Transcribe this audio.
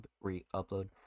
re-upload